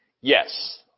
Yes